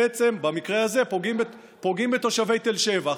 במקרה הזה בתושבי תל שבע.